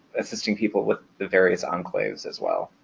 assisting people with the various enclaves as well,